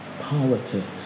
politics